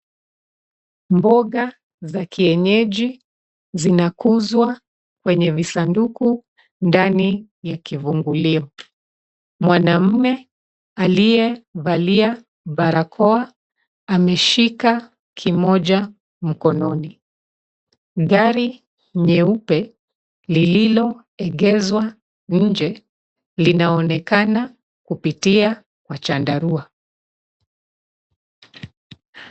Mboga za kienyeji zinakuzwa kwenye visanduku ndani ya kivungulio. Mwanamume aliyevalia barakoa ameshika kimoja mkononi. Gari nyeupe lililoegezwa nje linaonekana kupitia kwa chandarua.